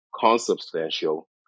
consubstantial